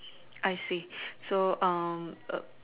I see so